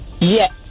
Yes